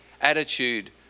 attitude